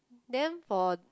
then for